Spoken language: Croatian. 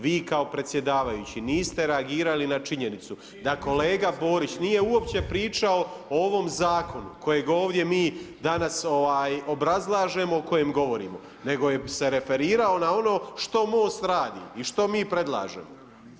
Vi kao predsjedavajući niste reagirali na činjenicu da kolega Borić nije uopće pričao o ovom zakonu kojeg ovdje mi danas obrazlažemo, o kojem govorimo nego se referirao na ono što MOST radi i što mi predlažemo.